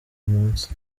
munsi